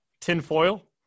Tinfoil